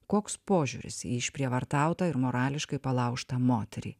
koks požiūris į išprievartautą ir morališkai palaužtą moterį